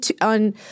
on